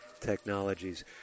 Technologies